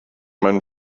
mein